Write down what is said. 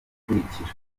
akurikira